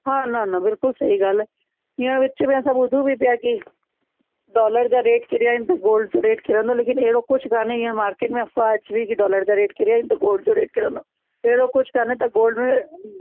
हा न न बिल्कुल सही ॻाल्हि आहे हींअर विच में असां ॿुधूं बि पिया कि डॉलर जा रेट किरिया आहिनि त गोल्ड जो रेट किरंदो लेकिन अहिड़ो कुझु कोन्हे हींअर मार्केट में अफ़वाह अची वयी कि डॉलर जा रेट किरिया आहिनि त गोल्ड जो रेट किरंदो अहिड़ो कुझु कोन्हे त गोल्ड में